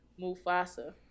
Mufasa